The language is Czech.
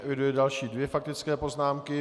Eviduji další dvě faktické poznámky.